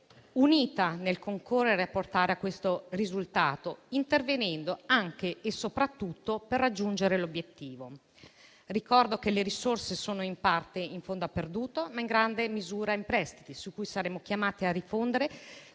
unita nel concorrere a portare a questo risultato, intervenendo anche e soprattutto per raggiungere l'obiettivo. Ricordo che le risorse sono in parte a fondo perduto, ma in grande misura in prestiti che saremo chiamati a rifondere